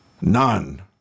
None